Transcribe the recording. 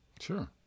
Sure